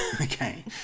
Okay